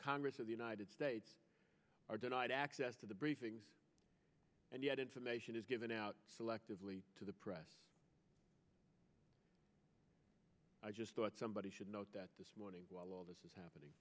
congress of the united states are denied access to the briefings and yet information is given out selectively to the press i just thought somebody should note that this morning while all this is happening